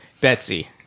Betsy